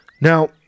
Now